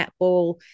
netball